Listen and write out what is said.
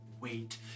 wait